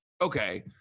Okay